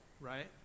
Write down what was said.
right